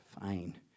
fine